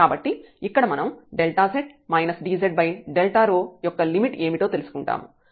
కాబట్టి ఇక్కడ మనం z dz యొక్క లిమిట్ ఏమిటో తెలుసుకుంటాము